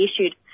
issued